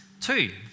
Two